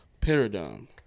Paradigm